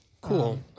Cool